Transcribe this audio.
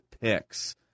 picks